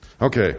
Okay